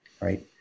right